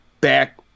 back